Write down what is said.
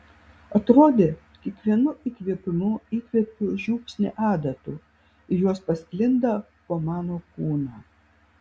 atrodė kiekvienu įkvėpimu įkvepiu žiupsnį adatų ir jos pasklinda po mano kūną